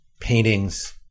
paintings